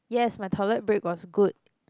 yes my toilet break was good